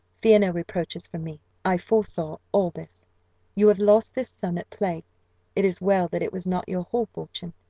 fear no reproaches from me i foresaw all this you have lost this sum at play it is well that it was not your whole fortune.